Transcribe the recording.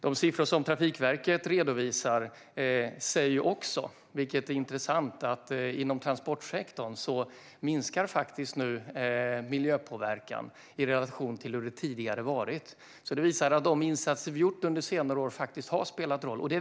De siffror som Trafikverket redovisar säger också, vilket är intressant, att inom transportsektorn minskar miljöpåverkan i relation till hur det tidigare har varit. De insatser vi har gjort under senare år har spelat roll.